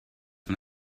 man